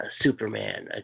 Superman